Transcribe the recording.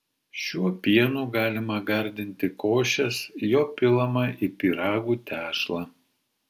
šiuo pienu galima gardinti košes jo pilama į pyragų tešlą